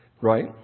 right